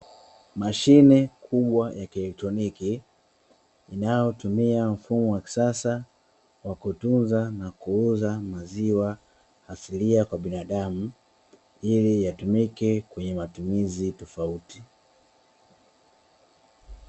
Mashine kubwa ya kielektroniki inayotumia mfumo wa kisasa wa kutunza na kuuza maziwa asilia kwa binadamu ili yatumike kwenye matumizi tofauti.